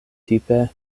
tipe